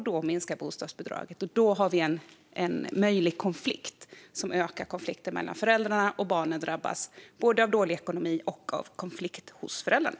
Då minskar bostadsbidraget, och då har vi också en möjlig konflikt som ökar konflikten mellan föräldrarna. Barnen drabbas då både av dålig ekonomi och av konflikt hos föräldrarna.